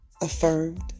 affirmed